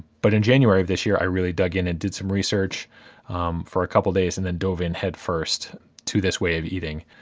but in january of this year, i really dug in and did some research for a couple days, and then dove in headfirst to this way of eating.